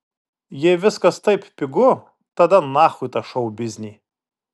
jei viskas taip pigu tada nachui tą šou biznį